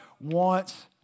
wants